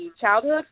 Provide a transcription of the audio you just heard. childhood